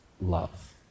love